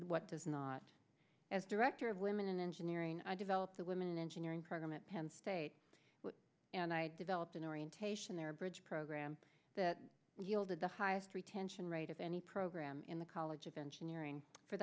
what does not as director of women in engineering i developed the women engineering program at penn state and i developed an orientation their bridge program that yielded the highest retention rate of any program in the college of engineering for